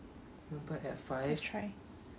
just try